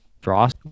frost